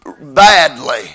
badly